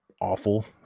awful